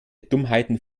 dummheiten